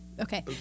Okay